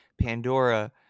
pandora